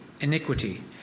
iniquity